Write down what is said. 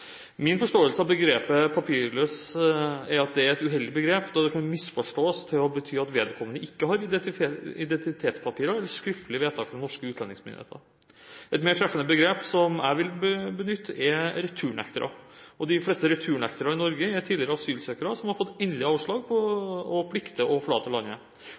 Min forståelse av begrepet «papirløs» er at det er et uheldig begrep, da det kan misforstås til å bety at vedkommende ikke har identitetspapirer eller skriftlig vedtak fra norske utlendingsmyndigheter. Et mer treffende begrep som jeg vil benytte, er «returnektere». De fleste returnektere i Norge er tidligere asylsøkere som har fått endelig avslag, og plikter å forlate landet.